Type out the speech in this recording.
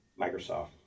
Microsoft